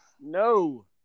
no